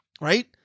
right